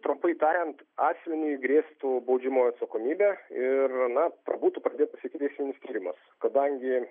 trumpai tariant asmeniui grėstų baudžiamoji atsakomybė ir na būtų pradėtas ikiteisminis tyrimas kadangi